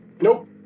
Nope